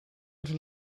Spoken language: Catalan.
els